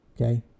Okay